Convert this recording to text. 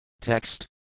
Text